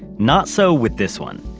not so with this one.